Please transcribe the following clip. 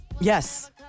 yes